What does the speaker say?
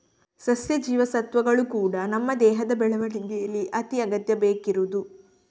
ಸಸ್ಯ ಜೀವಸತ್ವಗಳು ಕೂಡಾ ನಮ್ಮ ದೇಹದ ಬೆಳವಣಿಗೇಲಿ ಅತಿ ಅಗತ್ಯ ಬೇಕಿರುದು